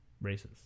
races